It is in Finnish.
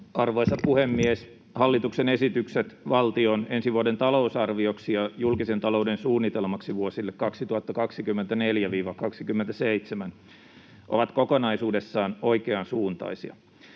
Arvoisa puhemies! Hallituksen esitykset valtion ensi vuoden talousarvioksi ja julkisen talouden suunnitelmaksi vuosille 2024—2027 ovat kokonaisuudessaan oikeansuuntaisia.